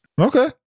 Okay